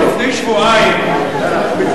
אתה יכול להשיב לו.